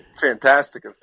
fantastic